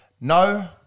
No